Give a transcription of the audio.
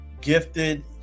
gifted